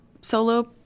solo